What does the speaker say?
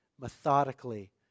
methodically